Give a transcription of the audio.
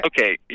okay